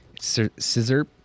Scissor